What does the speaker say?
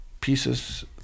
pieces